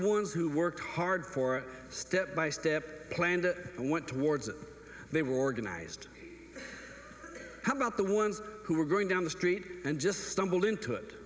ones who worked hard for step by step plan to and went towards they were organized how about the ones who were going down the street and just stumbled into it